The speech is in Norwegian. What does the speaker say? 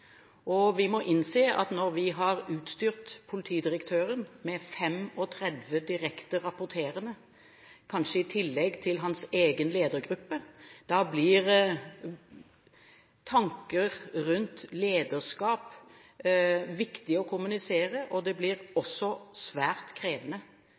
politiet. Vi må innse at når vi har utstyrt politidirektøren med 35 direkte rapporterende, i tillegg til hans egen ledergruppe, blir tanker rundt lederskap viktig å kommunisere, og det blir